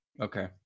Okay